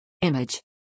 Image